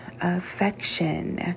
Affection